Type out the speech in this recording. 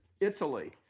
Italy